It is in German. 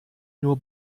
nur